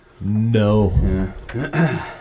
No